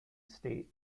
state